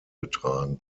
getragen